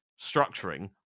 structuring